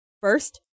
first